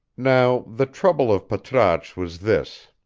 now, the trouble of patrasche was this.